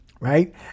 right